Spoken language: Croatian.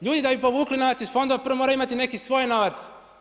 Ljudi da bi podigli novac iz fondova prvo moraju imati neki svoj novac.